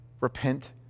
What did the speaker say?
repent